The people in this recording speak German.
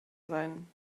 sein